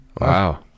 Wow